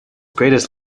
greatest